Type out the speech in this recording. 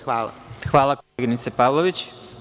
Hvala koleginice Pavlović.